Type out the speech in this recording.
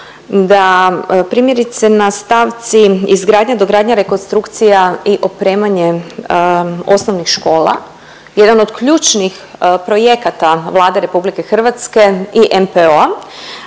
da primjerice na stavci izgradnja, dogradnja, rekonstrukcija i opremanje osnovnih škola jedan od ključnih projekata Vlade RH i NPO,